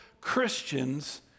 Christians